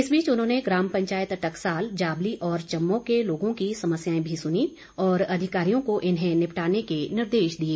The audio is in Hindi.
इस बीच उन्होंने ग्राम पंचायत टकसाल जाबली चम्मो क्षेत्र के लोगों की समस्याएं भी सुनी और अधिकारियों को इन्हें निपटाने के निर्देश दिए